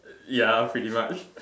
ya pretty much